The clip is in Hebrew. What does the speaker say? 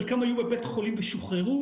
חלקם היו בבית חולים ושוחררו.